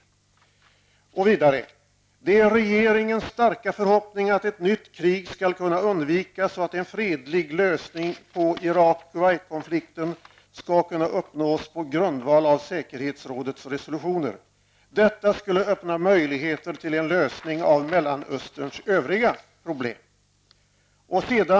Han säger vidare: ''Det är regeringens starka förhoppning att ett nytt krig skall kunna undvikas och att en fredlig lösning på Irak--Kuwaitkonflikten skall kunna uppnås på grundval av säkerhetsrådets resolutioner. Detta skulle öppna möjligheter till en lösning av Mellanösterns övriga problem''.